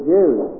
Jews